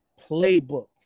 playbook